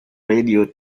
radio